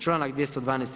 Članak 212.